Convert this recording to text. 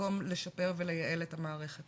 מקום לשפר ולייעל את המערכת